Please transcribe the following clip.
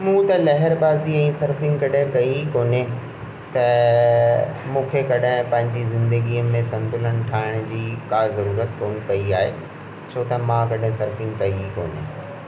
मूं त लहरबाज़ी ऐं सर्फिंग कॾहिं कई ई कोन्हे त मूंखे कॾहिं पंहिंजी ज़िंदगीअ में संतुलन ठाहिण जी का ज़रूरत कोन पई आहे छो त मां कॾहिं सर्फिंग कई ई कोन्हे